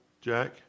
Jack